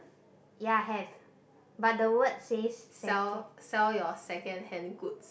sell sell your second hand goods